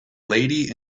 lady